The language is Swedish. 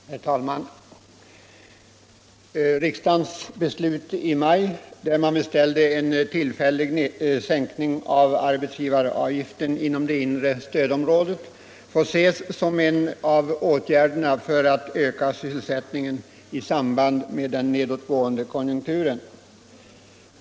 Herr talman! Riksdagens beslut i maj, då man beställde en tillfällig sänkning av arbetsgivaravgiften inom det inre stödområdet, får ses som en av åtgärderna för att öka sysselsättningen i samband med den nedåtgående konjunkturen.